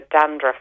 dandruff